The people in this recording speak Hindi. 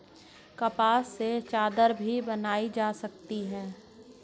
कपास से चादर भी बनाई जा सकती है